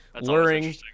luring